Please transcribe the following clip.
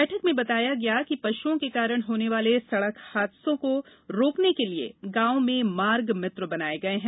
बैठक में बताया गया कि पशुओं के कारण होने वाले सड़क हादसों को रोकने के लिए गॉवों में मार्ग मित्र बनाये गये हैं